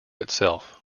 itself